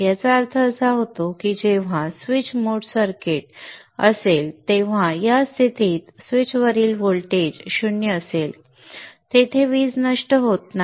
याचा अर्थ असा की जेव्हा स्वीच शॉर्ट सर्किट असेल तेव्हा त्या स्थितीत स्विचवरील व्होल्टेज 0 असेल तेथे पॉवर नष्ट होत नाही